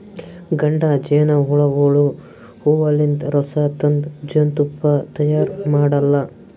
ಗಂಡ ಜೇನಹುಳಗೋಳು ಹೂವಲಿಂತ್ ರಸ ತಂದ್ ಜೇನ್ತುಪ್ಪಾ ತೈಯಾರ್ ಮಾಡಲ್ಲಾ